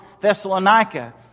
Thessalonica